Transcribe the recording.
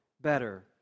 better